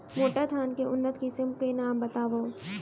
मोटा धान के उन्नत किसिम के नाम बतावव?